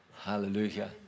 Hallelujah